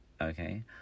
Okay